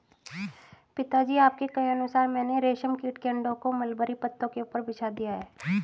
पिताजी आपके कहे अनुसार मैंने रेशम कीट के अंडों को मलबरी पत्तों के ऊपर बिछा दिया है